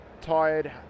tired